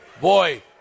boy